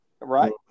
Right